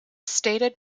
stated